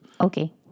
Okay